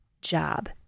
job